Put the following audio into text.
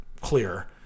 clear